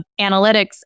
analytics